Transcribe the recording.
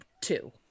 Two